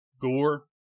gore